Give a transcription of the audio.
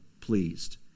pleased